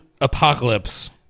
Apocalypse